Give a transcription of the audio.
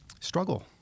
struggle